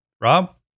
Rob